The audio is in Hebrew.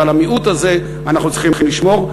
ועל המיעוט הזה אנחנו צריכים לשמור.